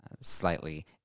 slightly